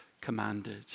commanded